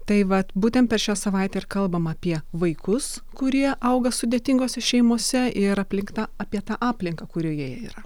tai vat būtent per šią savaitę ir kalbam apie vaikus kurie auga sudėtingose šeimose ir aplink tą apie tą aplinką kurioje jie yra